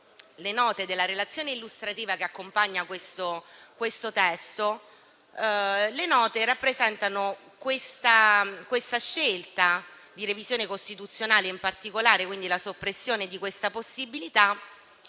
Le note della relazione illustrativa che accompagna questo testo presentano la scelta di revisione costituzionale, in particolare la soppressione di questa possibilità,